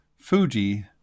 Fuji